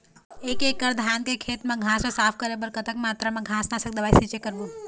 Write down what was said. एक एकड़ धान के खेत मा घास ला साफ करे बर कतक मात्रा मा घास नासक दवई के छींचे करबो?